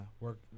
work